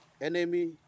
enemy